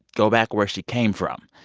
go back where she came from.